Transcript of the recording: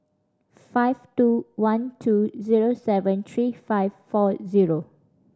five two one two zero seven three five four zero